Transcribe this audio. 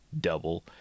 double